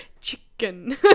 Chicken